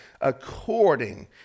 According